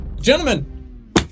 Gentlemen